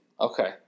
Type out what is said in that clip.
Okay